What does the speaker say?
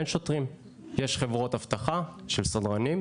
יש חברות אבטחה של סדרנים,